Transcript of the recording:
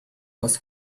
was